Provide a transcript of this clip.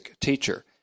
teacher